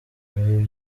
ibi